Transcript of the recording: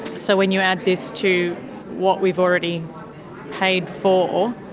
so when you add this to what we've already paid for,